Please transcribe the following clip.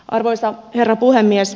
arvoisa herra puhemies